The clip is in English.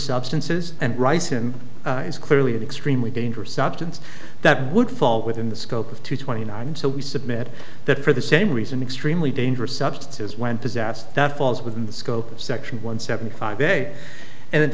substances and raisen is clearly an extremely dangerous substance that would fall within the scope of two twenty nine so we submit that for the same reason extremely dangerous substances went possessed that falls within the scope of section one seventy five day and then